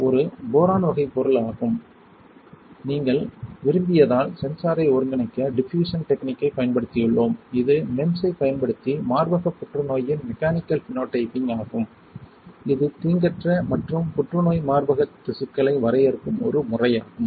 இது போரான் வகைப் பொருள் ஆகும் நீங்கள் விரும்பியதால் சென்சார் ஐ ஒருங்கிணைக்க டிஃப்யூஷன் டெக்னிக்கைப் பயன்படுத்தியுள்ளோம் இது MEMS ஐப் பயன்படுத்தி மார்பக புற்றுநோயின் மெக்கானிக்கல் பினோடைப்பிங் ஆகும் இது தீங்கற்ற மற்றும் புற்றுநோய் மார்பக திசுக்களை வரையறுக்கும் ஒரு முறை ஆகும்